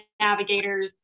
navigators